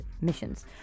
missions